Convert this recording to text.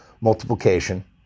multiplication